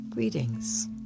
Greetings